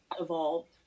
evolved